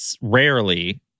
rarely